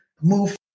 move